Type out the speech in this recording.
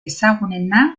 ezagunena